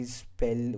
spell